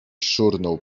szurnął